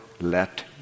let